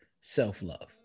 self-love